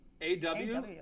A-W